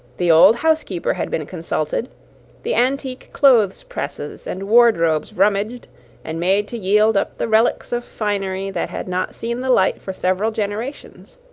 the old housekeeper had been consulted the antique clothes-presses and wardrobes rummaged and made to yield up the relics of finery that had not seen the light for several generations